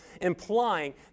implying